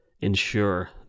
ensure